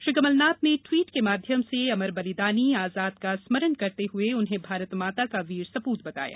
Shri Kamalnath tweet ट्वीट के माध्यम से अमर बलिदानी आजाद का स्मरण करते हुए उन्हें भारत माता का वीर सप्रत बताया